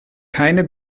keine